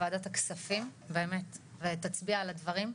לועודת הכספים באמת ותצביע על הדברים,